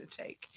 take